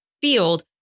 field